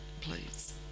please